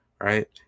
right